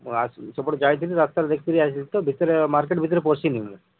ସେପଟେ ଯାଇଥିଲି ରାସ୍ତାରେ ଦେଖିଥିଲି ଆସିଲି ତ ଭିତରେ ମାର୍କେଟ୍ ଭିତରେ ପଶିନି ମୁଁ